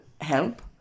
help